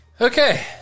Okay